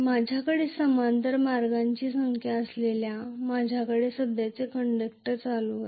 माझ्याकडे समांतर मार्गांची संख्या असल्यास माझ्याकडे सध्याचे कंडक्टर करंट आहेत